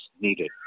needed